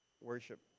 worship